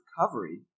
recovery